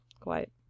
Quiet